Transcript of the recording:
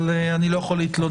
אבל אני לא יכול להתלונן,